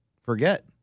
forget